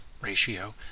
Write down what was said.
ratio